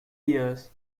years